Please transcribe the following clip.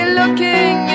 looking